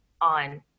on